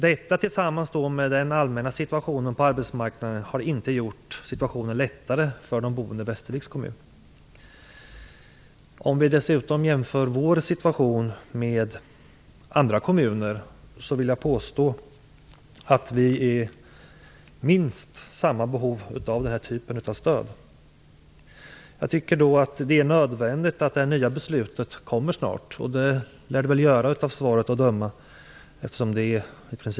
Detta tillsammans med den allmänna situationen på arbetsmarknaden har inte gjort situationen lättare för de boende i Västerviks kommun. Med tanke på vår situation i jämförelse med andra kommuner vill jag påstå att vi är i minst samma behov av den här typen av stöd. Jag tycker att det är nödvändigt att beslutet fattas snart. Det lär det väl göras, av svaret att döma.